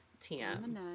TM